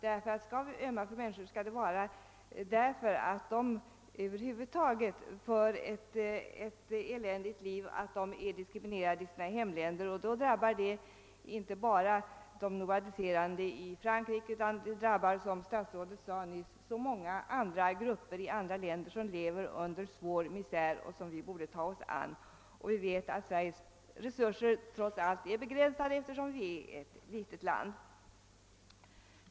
Skall vi ömma för människor, skall det vara därför att de över huvud taget för ett eländigt liv och är diskriminerade i sina hemländer. I så fall är det fråga inte bara om de nomadiserande i Frankrike utan — som statsrådet nyss sade — om många andra grupper i andra länder som lever i svår misär. Också dem borde vi alltså ta oss an. Vi vet dock att Sveriges resurser trots allt är begränsade, eftersom det är ett litet land.